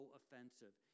offensive